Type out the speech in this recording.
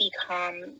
become